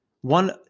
one